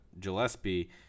gillespie